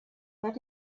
but